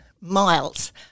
miles